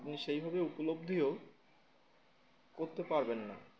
আপনি সেইভাবে উপলব্ধিও করতে পারবেন না